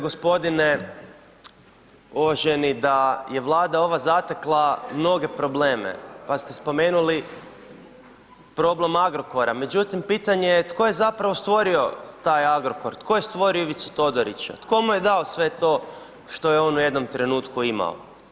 g. uvaženi da je Vlada ova zatekla mnoge probleme, pa ste spomenuli problem Agrokora, međutim, pitanje je tko je zapravo stvorio taj Agrokor, tko je stvorio Ivicu Todorića, tko mu je dao sve to što je on u jednom trenutku imao?